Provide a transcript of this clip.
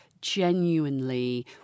genuinely